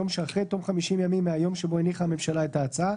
היום שאחרי תום 50 ימים מהיום שבו הניחה הממשלה את ההצעה,